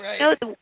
Right